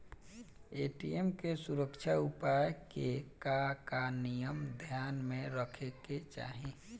ATM के सुरक्षा उपाय के का का नियम ध्यान में रखे के चाहीं?